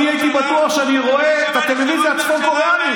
אני הייתי בטוח שאני רואה את הטלוויזיה הצפון-קוריאנית.